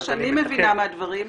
מה שאני מבינה מהדברים,